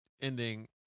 ending